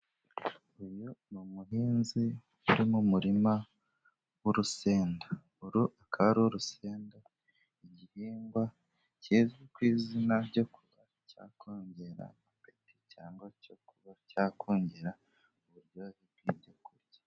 Uyu ni umuhinzi uri mu murima w'urusenda, uru akaba ari urusenda, igihingwa kizwi ku izina ryo kuba cyakongera apeti, cyangwa cyo kuba cyakongera uburyohe bw'ibyo kurya.